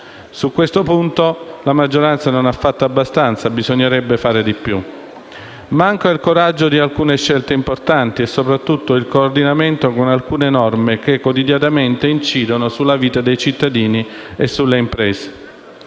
Su questo punto la maggioranza non ha fatto abbastanza e bisognerebbe fare di più. Manca il coraggio di alcune scelte importanti e soprattutto il coordinamento con alcune norme che quotidianamente incidono sulla vita dei cittadini e sulle imprese.